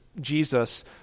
Jesus